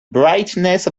brightness